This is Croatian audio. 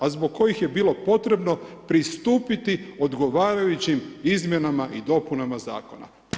A zbog kojih je bilo potrebno pristupiti odgovarajućim izmjenama i dopunama zakona.